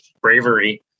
bravery